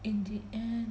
in the end